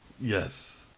yes